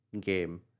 game